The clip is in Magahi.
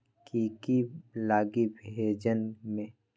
की की लगी भेजने में?